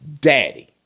Daddy